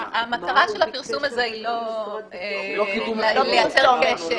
המטרה של הפרסום הזה היא לא לייצר קשר,